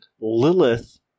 Lilith